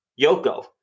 Yoko